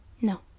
No